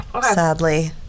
sadly